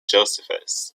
josephus